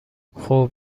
خوب